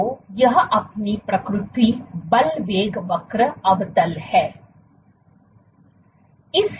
तो यह अपनी प्रकृति बल वेग वक्र अवतल है